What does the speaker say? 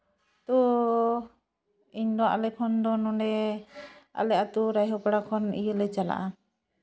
ᱛᱳ ᱤᱧᱫᱚ ᱟᱞᱮ ᱠᱷᱚᱱ ᱫᱚ ᱱᱚᱸᱰᱮ ᱟᱞᱮ ᱟᱹᱛᱩ ᱨᱟᱭᱦᱟ ᱯᱟᱲᱟ ᱠᱷᱚᱱ ᱤᱭᱟᱹᱞᱮ ᱪᱟᱞᱟᱜᱼᱟ